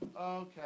okay